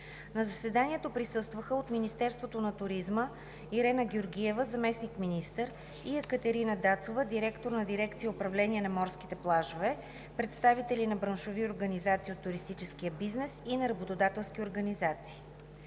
На заседанието присъстваха – от Министерството на туризма: Ирена Георгиева – заместник-министър, и Екатерина Дацова – директор на дирекция „Управление на морските плажове“; представители на браншови организации от туристическия бизнес и на работодателски организации.